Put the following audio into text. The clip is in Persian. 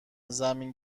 زمین